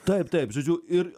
taip taip žodžiu ir